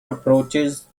approaches